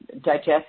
digest